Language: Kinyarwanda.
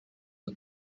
iki